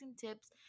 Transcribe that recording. tips